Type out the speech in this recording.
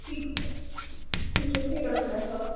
ٹھیٖک چھُ کیٚنٛہہ چھُنہٕ بِہِو خۄدایس حوال